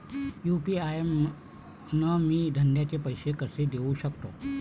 UPI न मी धंद्याचे पैसे कसे देऊ सकतो?